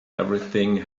everything